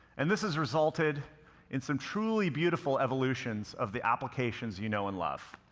and this has resulted in some truly beautiful evolutions of the applications you know and love.